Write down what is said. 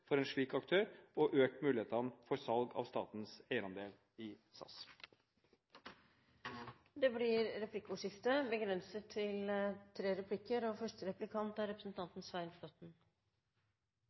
for en slik aktør og øke mulighetene for salg av statens eierandel i SAS. Det blir replikkordskifte. Vi er stort sett enige om hva vi er